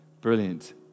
Brilliant